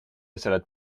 salade